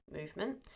movement